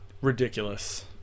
ridiculous